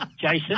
Jason